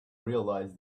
realise